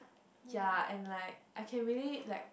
yea and like I can really like